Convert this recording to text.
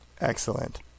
Excellent